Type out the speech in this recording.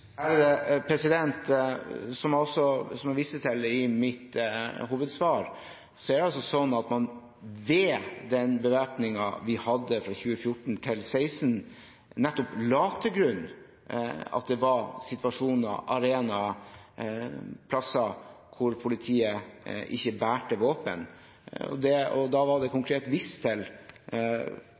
mitt hovedsvar, la man ved den bevæpningen vi hadde fra 2014 til 2016, nettopp til grunn at det var situasjoner, arenaer og plasser hvor politiet ikke bar våpen. Da ble det konkret vist til møter med pårørende, religiøse arenaer osv. Det